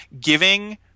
giving